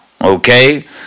okay